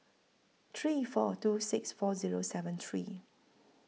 three four two six four Zero seven three